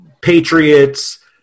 Patriots